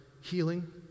healing